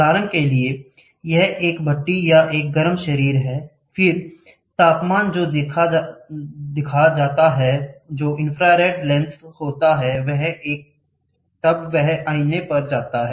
उदाहरण के लिए यह एक भट्ठी या एक गर्म शरीर है फिर तापमान जो देखा जाता है जो इंफ्रारेड लेंस होता है तब वह आईना पर जाता है